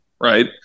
right